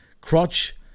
crotch